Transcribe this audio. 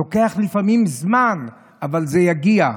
לוקח לפעמים זמן, אבל זה יגיע.